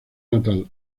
natal